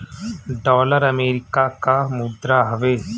dollar America कअ मुद्रा हवे